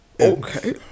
Okay